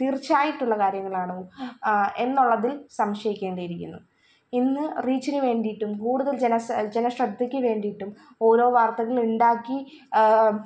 തീര്ച്ചയായിട്ടുള്ള കാര്യങ്ങളാണൊ എന്നുള്ളതിൽ സംശയിക്കേണ്ടി ഇരിക്കുന്നു ഇന്ന് റീച്ചിന് വേണ്ടിയിട്ടും കൂടുതല് ജന ജനശ്രദ്ധയ്ക്ക് വേണ്ടിയിട്ടും ഓരോ വാര്ത്തകളുണ്ടാക്കി